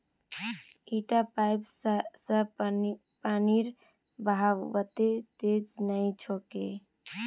इटा पाइप स पानीर बहाव वत्ते तेज नइ छोक